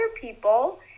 people